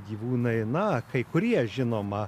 gyvūnai na kai kurie žinoma